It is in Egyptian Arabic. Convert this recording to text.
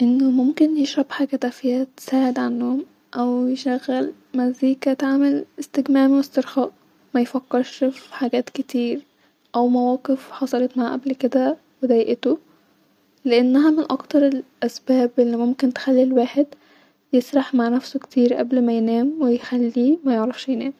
انو ممكن يشرب حاجه دافيه تساعد علي النوم-او يشغل مزيكا تعمل استجممام واسترخاء-ميفكرش في حاجات كتير-او مواقف حصلت معاه قبل كده و دايقتو-لانها من اكتر الاسبباب الي ممكن تخلي الواحد-يسرح مع نفسو كتير قبل ما ينام ويخليه ميعرفش ينام